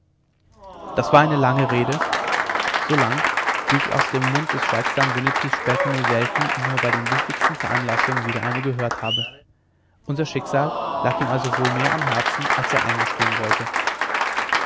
das war ein lange rede so lang wie ich aus dem mund des schweigsamen winnetou später nur selten und nur bei den wichtigsten veranlassungen wieder eine gehört habe unser schicksal lag ihm also wohl mehr am herzen als er eingestehen wollte